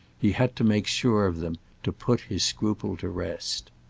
he had to make sure of them to put his scruple to rest.